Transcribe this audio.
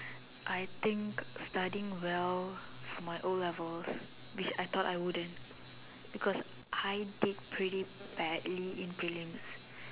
I think studying well for my O-levels which I thought I wouldn't because I did pretty bad in prelims